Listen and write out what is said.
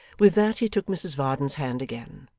with that he took mrs varden's hand again,